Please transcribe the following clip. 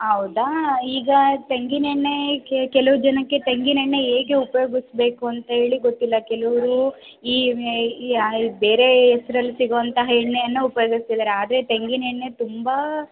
ಹೌದಾ ಈಗ ತೆಂಗಿನೆಣ್ಣೆ ಕೆಲವು ಜನಕ್ಕೆ ತೆಂಗಿನೆಣ್ಣೆ ಹೇಗೆ ಉಪಯೋಗಿಸಬೇಕು ಅಂತ್ಹೇಳಿ ಗೊತ್ತಿಲ್ಲ ಕೆಲವರು ಈ ಬೇರೆ ಹೆಸರಲ್ಲಿ ಸಿಗೋವಂತಹ ಎಣ್ಣೆಯನ್ನು ಉಪಯೋಗಿಸ್ತಿದ್ದಾರೆ ಆದರೆ ತೆಂಗಿನೆಣ್ಣೆ ತುಂಬ